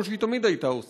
כמו שהיא תמיד הייתה עושה.